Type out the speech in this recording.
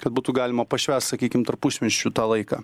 kad būtų galima pašvęst sakykime tarpušvenčiu tą laiką